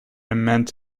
meant